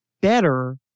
better